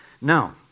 Now